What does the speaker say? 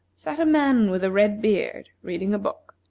sat a man, with a red beard, reading a book.